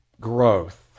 growth